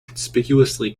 conspicuously